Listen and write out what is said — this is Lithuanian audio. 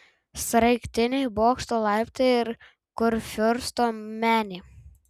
sraigtiniai bokšto laiptai ir kurfiursto menė